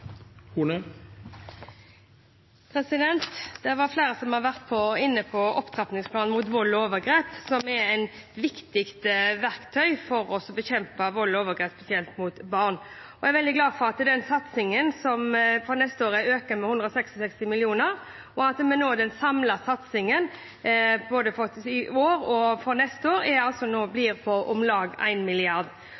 Horne har hatt ordet to ganger tidligere og får ordet til en kort merknad, begrenset til 1 minutt. Flere har vært inne på opptrappingsplanen mot vold og overgrep, som er et viktig verktøy for å bekjempe vold og overgrep, spesielt mot barn. Jeg er veldig glad for at satsingen for neste år er økt med 166 mill. kr, og at den samlede satsingen for både i år og neste år